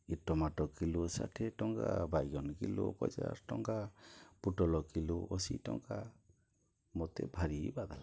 ଏ tomato kilo ଷାଠିଏ ଟଙ୍କା ବାଇଗଣ କିଲୋ ପଚାଶ ଟଙ୍କା ପୋଟଲ କିଲୋ ଅଶୀ ଟଙ୍କା ମୋତେ ଭାରି ବାଧେଲା